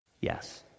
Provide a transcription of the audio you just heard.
Yes